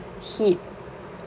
heat